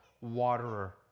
waterer